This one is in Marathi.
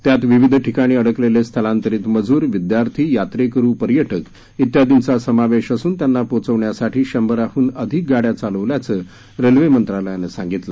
त्यात विविध ठिकाणी अडकलेले स्थलांतरीत मजूर विद्यार्थी यात्रेकरु पर्यटक इत्यादिंचा समावेश असुन त्यांना पोचवण्यासाठी शंभराहन अधिक गाड़या चालवल्याचं रेल्वे मंत्रालयानं सांगितलं